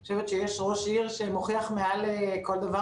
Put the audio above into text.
אני חושבת שיש ראש עיר שמוכיח מעל לכל דבר